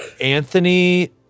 Anthony